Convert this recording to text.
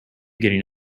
getting